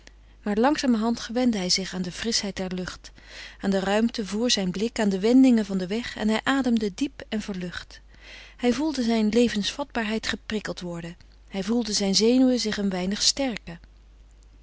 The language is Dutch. maar langzamerhand gewende hij zich aan de frischheid der lucht aan de ruimte voor zijn blik aan de wendingen van den weg en hij ademde diep en verlucht hij gevoelde zijn levensvatbaarheid geprikkeld worden hij voelde zijn zenuwen een weinig sterken